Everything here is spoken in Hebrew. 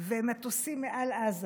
ומטוסים מעל עזה,